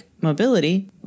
mobility